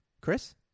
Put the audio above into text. Chris